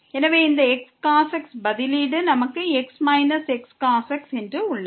எனவே இந்த xcos x பதிலீடு செய்தால் நமக்கு x xcos x உள்ளது